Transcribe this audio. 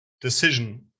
decision